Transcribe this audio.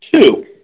Two